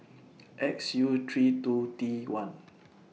X U three two T one